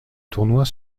tournois